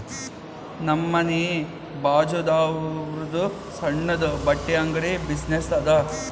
ನಮ್ ಮನಿ ಬಾಜುದಾವ್ರುದ್ ಸಣ್ಣುದ ಬಟ್ಟಿ ಅಂಗಡಿ ಬಿಸಿನ್ನೆಸ್ ಅದಾ